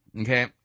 okay